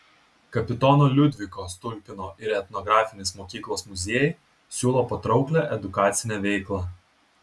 kapitono liudviko stulpino ir etnografinis mokyklos muziejai siūlo patrauklią edukacinę veiklą